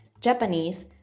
Japanese